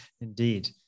Indeed